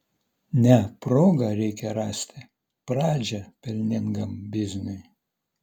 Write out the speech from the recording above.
ne progą reikia rasti pradžią pelningam bizniui